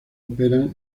operan